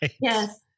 Yes